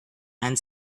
and